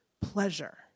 pleasure